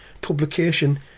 publication